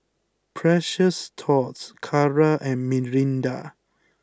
Precious Thots Kara and Mirinda